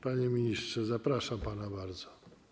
Panie ministrze, zapraszam pana bardzo.